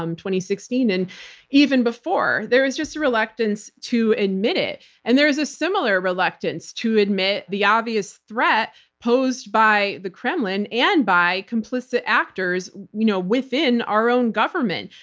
um sixteen and even before. there was just a reluctance to admit it and there's a similar reluctance to admit the obvious threat posed by the kremlin and by complicit actors you know within our own government.